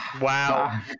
wow